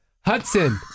Hudson